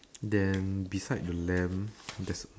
then beside the lamb there's a